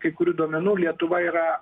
kai kurių duomenų lietuva yra